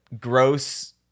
gross